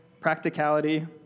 practicality